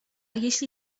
jeśli